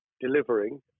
delivering